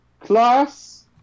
Class